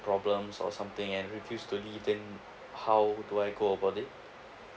problems or something and refuse to leave then how do I go about it